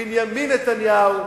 בנימין נתניהו,